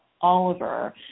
Oliver